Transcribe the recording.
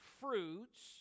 fruits